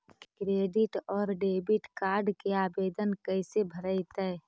Credit और debit card के आवेदन कैसे भरैतैय?